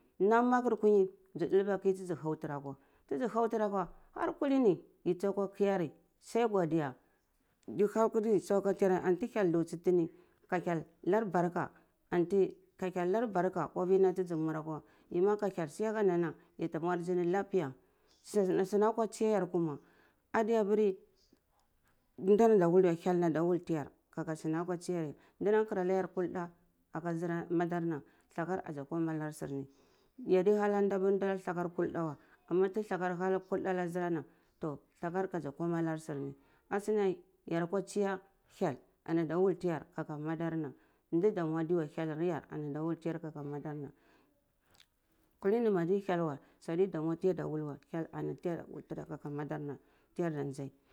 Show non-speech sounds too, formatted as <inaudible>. Nam makur nkuyi dzi dulba ki tizi hau tira akwa tizi hautira akwa har ku lini yi tsuwa akwa ki ya ri sai godiya <unintelligible> hyel thutsitini ka hyel nar barka anti ka hyel nar barka akwa vi nam tizi muri akawa yi ma ka hyel si aka nana ya ta mwar azini lapiya sunan akwa tsiya yar kuma adeya piyar ndar anda wuleh weh hyel anda wuleh teyar kaka sunam nam akwa tsiya yar danan tsara nkar ana yar kulda aka madarna thakar azi kuma nar surni yadi hana di apar sakar kulda weh ana ti thakar hana kulda ana zurana tho thakar kazi kuma anar surni asuna yara kwa tsiya hyel ana da wole tiyar kaka madar na kuli ni ma di hyel we su adi damu tiya da wul weh hyel ani da wul tiyar kaka madarna hyar da ndai.